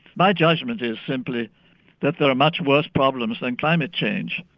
my judgement is simply that there are much worse problems than climate change,